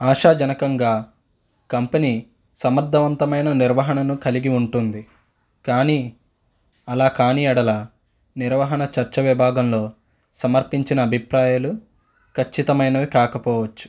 ఆశాజనకంగా కంపెనీ సమర్థవంతమైన నిర్వహణను కలిగి ఉంటుంది కానీ అలా కాని యెడల నిర్వహణ చర్చ విభాగంలో సమర్పించిన అభిప్రాయాలు ఖచ్చితమైనవి కాకపోవచ్చు